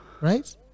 right